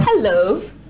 Hello